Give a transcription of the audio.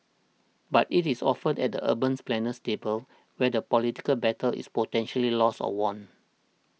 but it is often at the urban planner's table where the political battle is potentially lost or won